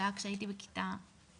זה היה כשהייתי בכיתה ו',